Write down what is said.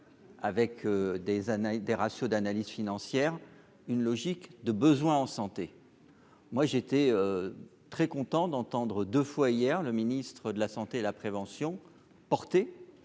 années des ratios d'analyse financière, une logique de besoins en santé, moi j'étais très content d'entendre 2 fois hier le ministre de la santé, la prévention porter